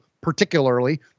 particularly